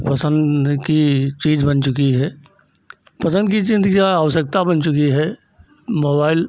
पसंद की चीज़ बन चुकी है पसंद की चीज़ क्या आवश्यकता बन चुकी है मोबाइल